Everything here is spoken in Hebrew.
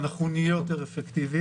ואנחנו נהיה יותר אפקטיביים.